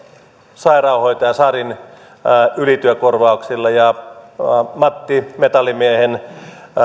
sairaanhoitaja sarin ylityökorvauksilla ja matti metallimiehen